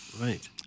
Right